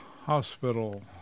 Hospital